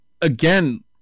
again